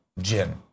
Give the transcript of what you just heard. gin